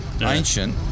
ancient